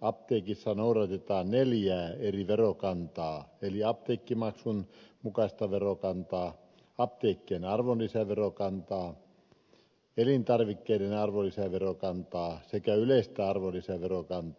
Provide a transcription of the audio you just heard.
apteekeissa noudatetaan siis neljää eri verokantaa eli apteekkimaksun mukaista verokantaa apteekkien arvonlisäverokantaa elintarvikkeiden arvonlisäverokantaa sekä yleistä arvonlisäverokantaa